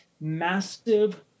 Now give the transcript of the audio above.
massive